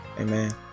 Amen